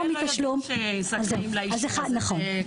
הרבה אנשים לא יודעים שהם זכאים לאישור הזה.